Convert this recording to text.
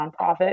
nonprofit